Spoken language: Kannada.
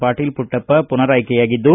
ಪಾಟೀಲ ಮಟ್ಟಪ್ಪ ಪುನರಾಯ್ಕೆಯಾಗಿದ್ದು